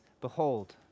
behold